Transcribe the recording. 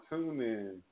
TuneIn